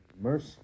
mercy